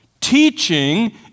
Teaching